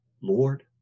Lord